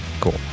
Cool